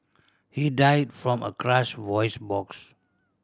he died from a crushed voice box